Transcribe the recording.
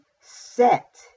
set